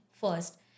first